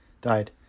died